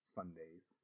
Sundays